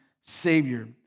Savior